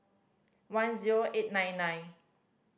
one zero eight nine nine